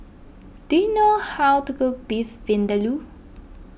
do you know how to cook Beef Vindaloo